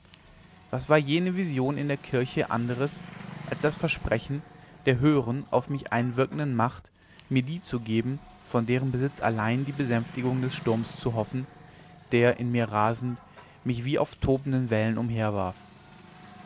was war jene vision in der kirche anderes als das versprechen der höheren auf mich einwirkenden macht mir die zu geben von deren besitz allein die besänftigung des sturms zu hoffen der in mir rasend mich wie auf tobenden wellen